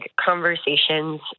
conversations